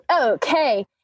okay